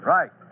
Right